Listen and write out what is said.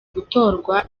gutorwa